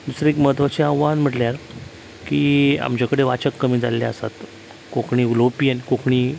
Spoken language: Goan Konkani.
दुसरें एक महत्वाचें आवाहन म्हटल्यार की आमचे कडेन वाचक कमी जाल्ले आसात कोंकणी उलोवपी आनी कोंकणी